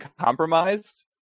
compromised